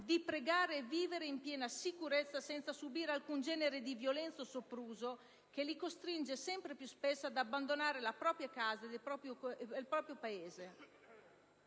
di pregare e vivere in piena sicurezza senza subire alcun genere di violenza o sopruso che li costringe, sempre più spesso, ad abbandonare la propria casa ed il proprio Paese.